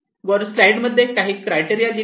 वर स्लाईड मध्ये काही क्राईटरिया दिले आहे